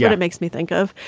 yeah it it makes me think of.